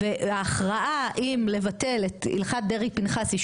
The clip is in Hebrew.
וההכרעה אם לבטל את הלכת דרעי פנחסי,